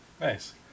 Nice